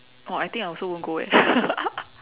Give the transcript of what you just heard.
!wah! I think I also won't go eh